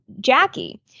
Jackie